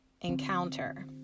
Encounter